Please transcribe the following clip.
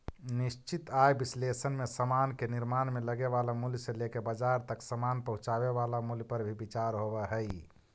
निश्चित आय विश्लेषण में समान के निर्माण में लगे वाला मूल्य से लेके बाजार तक समान पहुंचावे वाला मूल्य पर भी विचार होवऽ हई